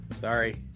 Sorry